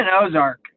Ozark